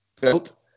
built